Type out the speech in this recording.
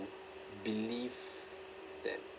believe that